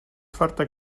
farta